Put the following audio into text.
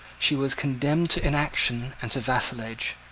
she was condemned to inaction and to vassalage.